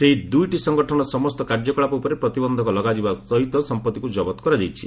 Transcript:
ସେହି ଦୁଇଟି ସଂଗଠନର ସମସ୍ତ କାର୍ଯ୍ୟକଳାପ ଉପରେ ପ୍ରତିବନ୍ଧକ ଲଗାଯିବା ସହିତ ସଂପଭିକୁ ଜବତ କରାଯାଇଛି